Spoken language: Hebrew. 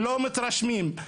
לא מתרשמים.